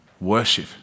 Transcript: worship